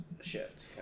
shift